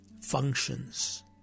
functions